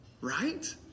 Right